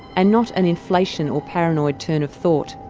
and not an inflation or paranoid turn of thought.